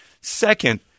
Second